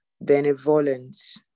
benevolence